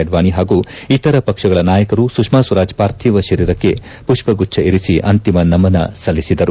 ಅಡ್ವಾಣಿ ಹಾಗೂ ಇತರ ಪಕ್ಷಗಳ ನಾಯಕರು ಸುಷ್ನಾ ಸ್ವರಾಜ್ ಪಾರ್ಥೀವ ಶರೀರಕ್ಷೆ ಪುಪ್ಪ ಗುಚ್ಹ ಇರಿಸಿ ಅಂತಿಮ ನಮನ ಸಲ್ಲಿಸಿದರು